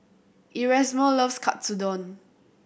Erasmo loves Katsudon